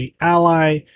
ally